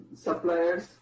suppliers